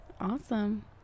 awesome